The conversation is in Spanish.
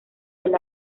del